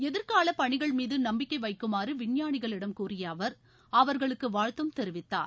எதிர்கால பணிகள் மீது நம்பிக்கை வைக்குமாறு விஞ்ஞானிகளிடம் கூறிய அவர் அவர்களுக்கு வாழ்த்தும் தெரிவித்தார்